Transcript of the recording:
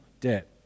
debt